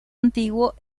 antiguo